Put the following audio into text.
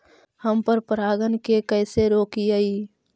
हम पर परागण के कैसे रोकिअई?